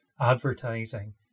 advertising